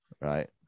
right